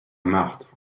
marthe